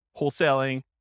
wholesaling